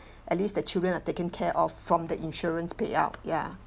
at least the children are taken care of from the insurance payout ya